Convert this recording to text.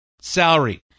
salary